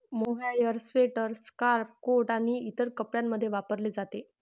mohair sweater, scarf, coat आणि इतर कपड्यांमध्ये वापरले जाते